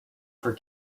for